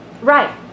Right